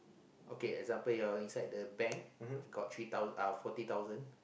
okay example you're inside the bank got three thou~ ah forty thousand